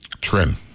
trend